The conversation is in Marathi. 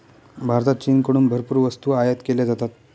भारतात चीनकडून भरपूर वस्तू आयात केल्या जातात